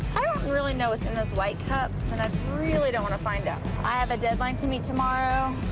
really know what's in those white cups, and i really don't want to find out. i have a deadline to meet tomorrow.